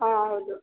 ಹಾಂ ಹೌದು